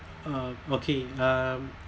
uh okay um